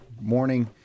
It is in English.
morning